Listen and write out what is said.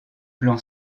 plan